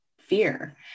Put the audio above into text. fear